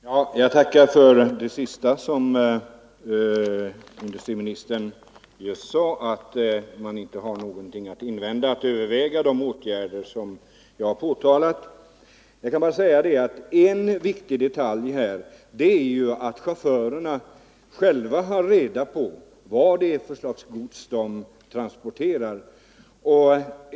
Herr talman! Jag tackar för det som industriministern senast sade: att han inte har någonting att invända mot att överväga de åtgärder som jag har angett som behövliga. Jag kan bara säga att en viktig detalj är att chaufförerna själva får reda på vad det är för slags gods de transporterar.